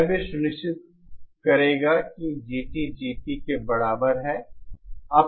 यह भी सुनिश्चित करेगा कि GT GP के बराबर है